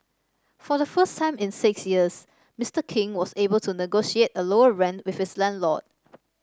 for the first time in six years Mister King was able to negotiate a lower rent with his landlord